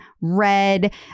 red